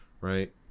right